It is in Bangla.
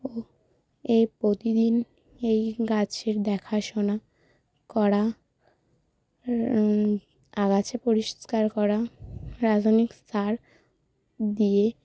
ও এই প্রতিদিন এই গাছের দেখাশোনা করা আগাছা পরিষ্কার করা আধুনিক সার দিয়ে